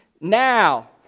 Now